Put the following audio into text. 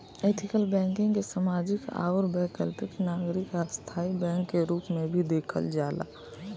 ethical banking के सामाजिक आउर वैकल्पिक नागरिक आ स्थाई बैंक के रूप में भी देखल जाला